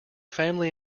family